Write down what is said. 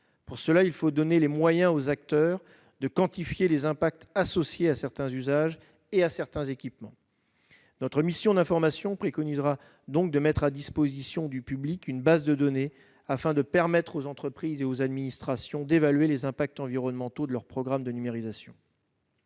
Pour cela, il faut donner aux acteurs les moyens de quantifier les impacts environnementaux associés à certains usages et à certains équipements. Notre mission d'information préconisera de mettre à disposition du public une base de données afin de permettre aux entreprises et aux administrations d'évaluer les incidences environnementales de leurs programmes de numérisation.